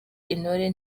intore